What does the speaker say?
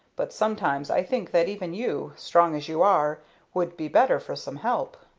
but sometimes i think that even you strong as you are would be better for some help.